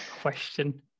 question